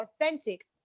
authentic